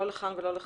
לא לכאן ולא לכאן.